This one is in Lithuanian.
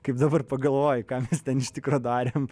kaip dabar pagalvoji ką ten iš tikro darėm